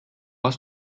hast